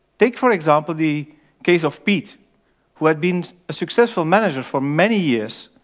take for example the case of pete who had been a successful manager for many years